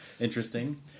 interesting